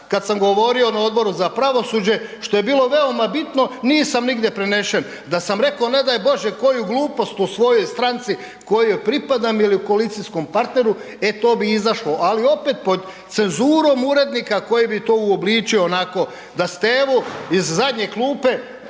kad sam govorio na Odboru za pravosuđe što je bilo veoma bitno, nisam nigde prenesen, da sam reko ne daj Bože koju glupost u svojoj stranci koju pripadam ili koalicijskom partneru, e to bi izašlo, ali opet pod cenzurom urednika koji bi to uobličio onako da Stevu iz zadnje klupe